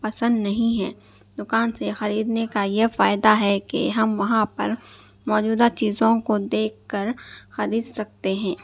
پسند نہیں ہے دکان سے خریدنے کا یہ فائدہ ہے کہ ہم وہاں پر موجودہ چیزوں کو دیکھ کر خرید سکتے ہیں